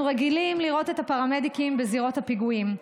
אנחנו רגילים לראות את הפרמדיקים בזירות הפיגועים,